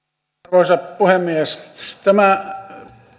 puhemies tämä